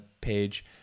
page